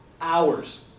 hours